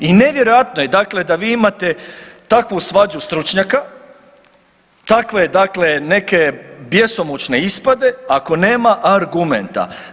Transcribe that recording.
I nevjerojatno je dakle da vi imate takvu svađu stručnjaka, takve dakle neke bjesomučne ispade ako nema argumenta.